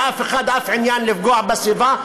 אין לאף אחד שום עניין לפגוע בסביבה,